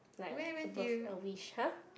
like a a wish !huh!